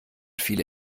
viele